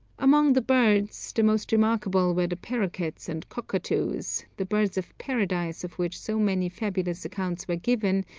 among the birds, the most remarkable were the parroquets and cockatoos, the birds of paradise of which so many fabulous accounts were given,